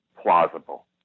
plausible